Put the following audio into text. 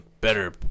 better